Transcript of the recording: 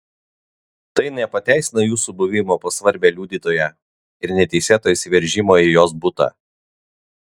tai nepateisina jūsų buvimo pas svarbią liudytoją ir neteisėto įsiveržimo į jos butą